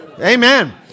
Amen